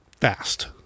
fast